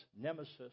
Nemesis